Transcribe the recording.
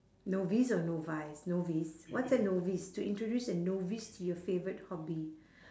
novice or novice novice what's a novice to introduce a novice to your favourite hobby